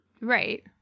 right